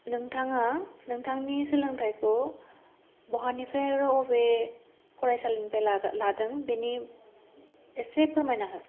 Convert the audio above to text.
नोंथाङा नोंथांनि सोलोंथाइखौ बहानिफ्राय आरो अबे फरायसालिनिफ्राय ला लादों बिनि एसे फोरमायना हो